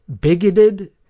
bigoted